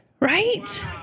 Right